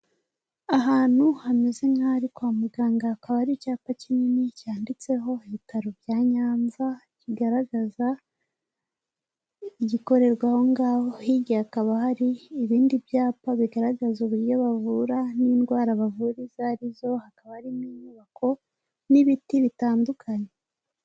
Ahantu hameze nk'aho ari kwa muganga hakaba hari icyapa kinini cyanditseho ibitaro bya Nyanza kigaragaza igikorerwa aho ngaho, hirya hakaba hari ibindi byapa bigaragaza uburyo bavura n'indwara bavura izo arizo, hakaba harimo inyubako n'ibiti bitandukanye.